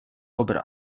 obraz